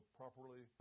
properly